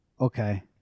Okay